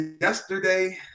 yesterday –